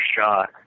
shot